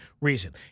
reason